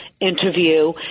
interview